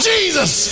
Jesus